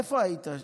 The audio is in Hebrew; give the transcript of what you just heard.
איפה היית?